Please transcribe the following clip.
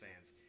fans